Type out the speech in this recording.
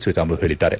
ಶ್ರೀರಾಮುಲು ಹೇಳಿದ್ದಾರೆ